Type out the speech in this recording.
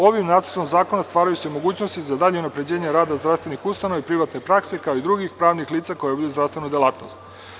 Ovim nacrtom zakona stvaraju se mogućnosti za dalje unapređenje rada zdravstvenih ustanova i privatne prakse, kao i drugih pravnih lica koja obavljaju zdravstvenu delatnost.